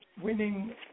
winning